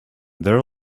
their